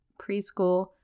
preschool